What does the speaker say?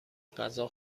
غذا